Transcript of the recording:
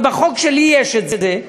ובחוק שלי יש את זה,